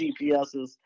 GPSs